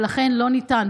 ולכן לא ניתן.